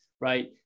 right